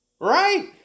right